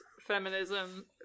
feminism